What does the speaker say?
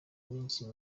iminsi